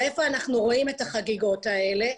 והיכן אנחנו רואים את החגיגות האלה?